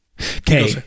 Okay